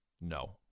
No